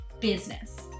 business